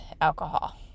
alcohol